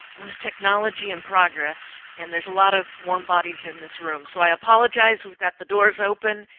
this is technology and progress. and there's a lot of warm bodies in this room. so i apologize. we've got the doors open.